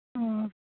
हँ